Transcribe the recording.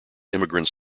immigrants